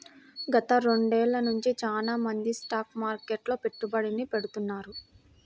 గత రెండేళ్ళ నుంచి చానా మంది స్టాక్ మార్కెట్లో పెట్టుబడుల్ని పెడతాన్నారు